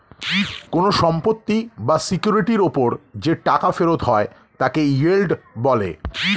কোন সম্পত্তি বা সিকিউরিটির উপর যে টাকা ফেরত হয় তাকে ইয়েল্ড বলে